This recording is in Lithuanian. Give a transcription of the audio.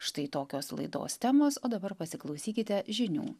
štai tokios laidos temos o dabar pasiklausykite žinių